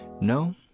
no